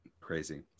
Crazy